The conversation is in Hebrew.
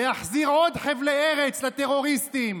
להחזיר עוד חבלי ארץ לטרוריסטים,